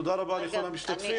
תודה רבה לכל המשתתפים.